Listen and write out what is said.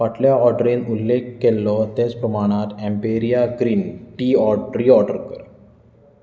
फाटले ऑर्डरींत उल्लेख केल्लो तेच प्रमाणांत Emperia green tea reorder कर